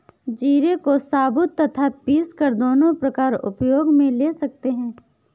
जीरे को साबुत तथा पीसकर दोनों प्रकार उपयोग मे ले सकते हैं